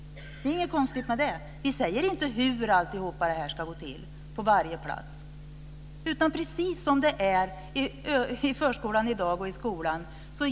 Det är inget konstigt med det. Vi säger inte hur allt detta ska gå till på varje plats, utan det ska vara precis som det är i förskolan och i skolan i dag.